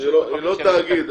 זה לא תאגיד,